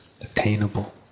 attainable